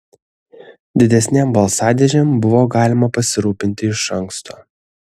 didesnėm balsadėžėm buvo galima pasirūpinti iš anksto